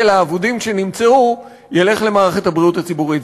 האבודים שנמצאו ילך למערכת הבריאות הציבורית.